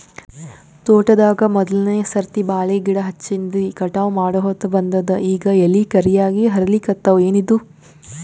ತೋಟದಾಗ ಮೋದಲನೆ ಸರ್ತಿ ಬಾಳಿ ಗಿಡ ಹಚ್ಚಿನ್ರಿ, ಕಟಾವ ಮಾಡಹೊತ್ತ ಬಂದದ ಈಗ ಎಲಿ ಕರಿಯಾಗಿ ಹರಿಲಿಕತ್ತಾವ, ಏನಿದು?